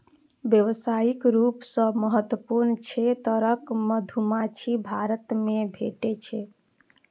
व्यावसायिक रूप सं महत्वपूर्ण छह तरहक मधुमाछी भारत मे भेटै छै